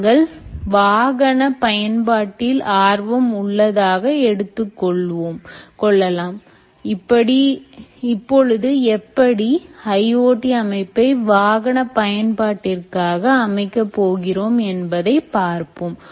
தாங்கள் வாகன பயன்பாட்டில் ஆர்வம் உள்ளதாக எடுத்துக்கொள்ளலாம் இப்பொழுது எப்படி IoT அமைப்பை வாகன பயன்பாட்டிற்காக அமைக்க போகிறோம் என்பதை பார்ப்போம்